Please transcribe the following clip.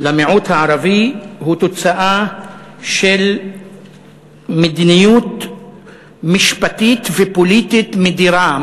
למיעוט הערבי הוא תוצאה של מדיניות משפטית ופוליטית מדירה,